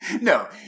No